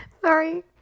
Sorry